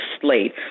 slate